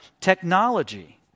Technology